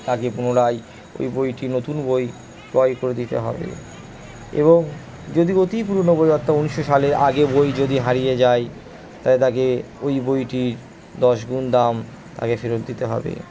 তাকে পুনরায় ওই বইটি নতুন বই ক্রয় করে দিতে হবে এবং যদি অতি পুরনো বই অর্থাৎ যদি উনিশশো সালের আগের বই যদি হারিয়ে যায় তাহলে থাকে ওই বইটির দশ গুণ দাম তাকে ফেরত দিতে হবে